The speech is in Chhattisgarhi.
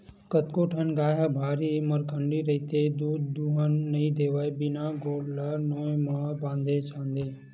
कतको ठन गाय ह भारी मरखंडी रहिथे दूद दूहन नइ देवय बिना गोड़ ल नोई म बांधे छांदे